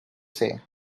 say